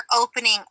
opening